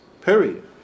Period